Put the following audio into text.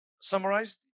summarized